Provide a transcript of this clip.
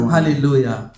Hallelujah